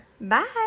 Bye